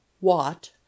Watt